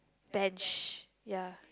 bench ya